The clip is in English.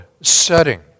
setting